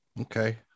Okay